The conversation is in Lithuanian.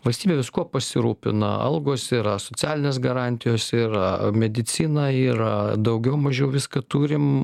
valstybė viskuo pasirūpina algos yra socialinės garantijos yra medicina yra daugiau mažiau viską turim